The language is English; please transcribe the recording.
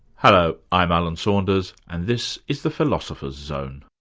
hello i'm alan saunders and this is the philosopher's zone.